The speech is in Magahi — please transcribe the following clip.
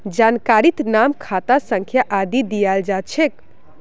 जानकारीत नाम खाता संख्या आदि दियाल जा छेक